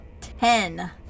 ten